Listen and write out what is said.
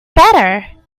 better